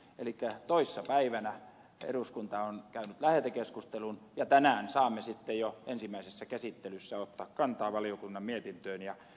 elikkä toissapäivänä eduskunta on käynyt lähetekeskustelun ja tänään saamme sitten jo ensimmäisessä käsittelyssä ottaa kantaa valiokunnan mietintöön